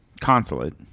consulate